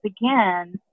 again